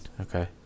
Okay